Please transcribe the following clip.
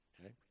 Okay